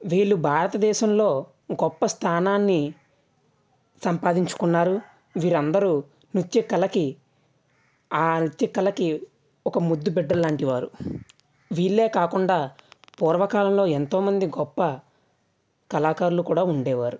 వీళ్ళు భారతదేశంలో గొప్ప స్థానాన్ని సంపాదించుకున్నారు వీరందరూ నృత్య కళకి ఆ అంత్యకళకి ఒక ముద్దుబిడ్డ లాంటివారు వీళ్ళే కాకుండా పూర్వకాలంలో ఎంతోమంది గొప్ప కళాకారులు కూడా ఉండేవారు